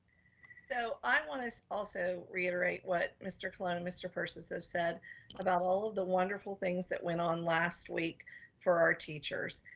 so i wanna also reiterate what mr. colon and mr. persis have said about all of the wonderful things that went on last week for our teachers.